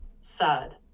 sad